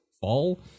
fall